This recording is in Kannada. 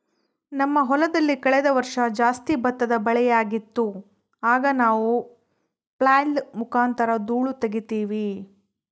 ನಮ್ಮ ಹೊಲದಲ್ಲಿ ಕಳೆದ ವರ್ಷ ಜಾಸ್ತಿ ಭತ್ತದ ಬೆಳೆಯಾಗಿತ್ತು, ಆಗ ನಾವು ಫ್ಲ್ಯಾಯ್ಲ್ ಮುಖಾಂತರ ಧೂಳು ತಗೀತಿವಿ